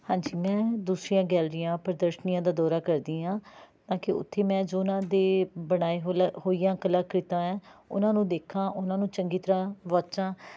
ਹਾਂਜੀ ਮੈਂ ਦੂਸਰੀਆਂ ਗੈਲਰੀਆਂ ਪ੍ਰਦਰਸ਼ਨੀਆਂ ਦਾ ਦੌਰਾ ਕਰਦੀ ਹਾਂ ਤਾਂਕਿ ਉੱਥੇ ਮੈਂ ਜੋ ਉਨ੍ਹਾਂ ਦੇ ਬਣਾਏ ਹੋਲਾ ਹੋਈਆਂ ਕਲਾ ਕ੍ਰਿਤਾਂ ਹੈ ਉਹਨਾਂ ਨੂੰ ਦੇਖਾਂ ਉਨ੍ਹਾਂ ਨੂੰ ਚੰਗੀ ਤਰ੍ਹਾਂ ਵਾਚਾਂ